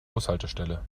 bushaltestelle